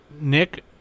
Nick